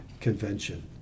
convention